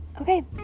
okay